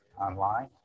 online